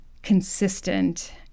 consistent